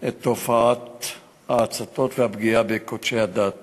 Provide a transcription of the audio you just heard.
את תופעת ההצתות והפגיעה בקודשי הדת